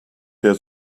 der